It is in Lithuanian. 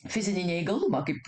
fizinį neįgalumą kaip